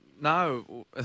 No